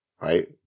right